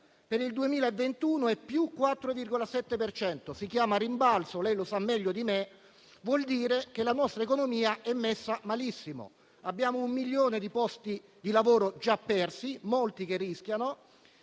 per il 2021 è più 4,7 per cento. Si chiama rimbalzo, lei lo sa meglio di me, e vuol dire che la nostra economia è messa malissimo. Abbiamo un milione di posti di lavoro già persi e molti a rischio.